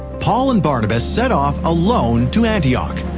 paul and barnabas set off alone to antioch.